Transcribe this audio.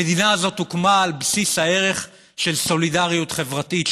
המדינה הזאת הוקמה על בסיס הערך של סולידריות חברתית,